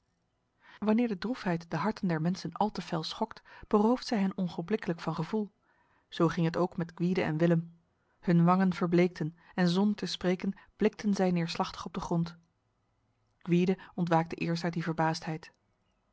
wanneer de droefheid de harten der mensen al te fel schokt berooft zij hen ogenblikkelijk van gevoel zo ging het ook met gwyde en willem hun wangen verbleekten en zonder te spreken blikten zij neerslachtig op de grond gwyde ontwaakte eerst uit die verbaasdheid